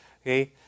Okay